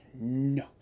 No